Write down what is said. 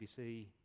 BBC